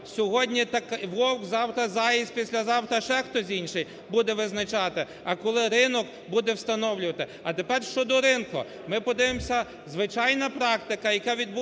сьогодні Вовк, завтра – Заєць, післязавтра ще хтось інший, – буде визначати, а коли ринок буде встановлювати. А тепер щодо ринку. Ми подивимося, звичайна практика, яка відбулася